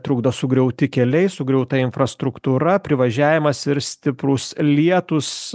trukdo sugriauti keliai sugriauta infrastruktūra privažiavimas ir stiprūs lietūs